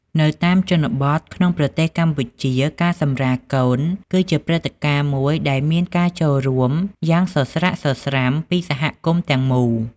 នៅតាមជនបទក្នុងប្រទេសកម្ពុជា ការសម្រាលកូនគឺជាព្រឹត្តិការណ៍មួយដែលមានការចូលរួមយ៉ាងសស្រាក់សស្រាំពីសហគមន៍ទាំងមូល។